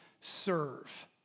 serve